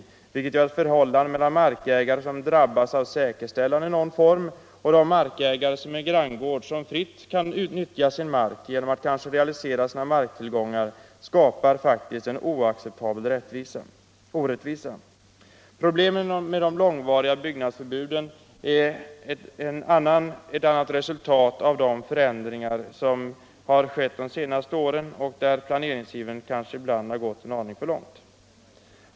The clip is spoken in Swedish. Detta förhållande gör att det faktiskt skapas en oacceptabel orättvisa mellan markägare som drabbas av säkerställande i någon form och andra markägare granngårds, som fritt kan utnyttja sin mark genom att kanske realisera marktillgångarna. Problemen med de långvariga byggnadsförbuden är ett annat resultat av de förändringar som har skett de senaste åren och av planeringsiver som måhända ibland har gått en aning för långt.